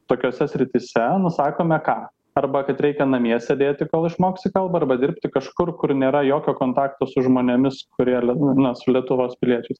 tokiose srityse nusakome ką arba kad reikia namie sėdėti kol išmoksi kalbą arba dirbti kažkur kur nėra jokio kontakto su žmonėmis kurie vadinasi lietuvos piliečiais